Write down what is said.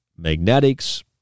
magnetics